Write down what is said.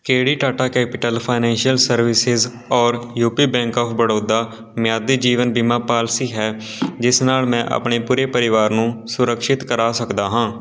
ਕਿਹੜੀ Tata capital financial services ਔਰ UP bank of Baroda ਮਿਆਦੀ ਜੀਵਨ ਬੀਮਾ ਪਾਲਿਸੀ ਹੈ ਜਿਸ ਨਾਲ ਮੈਂ ਆਪਣੇ ਪੂਰੇ ਪਰਿਵਾਰ ਨੂੰ ਸੁਰਕਸ਼ਿਤ ਕਰਾ ਸਕਦਾ ਹਾਂ